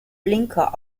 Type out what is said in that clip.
blinker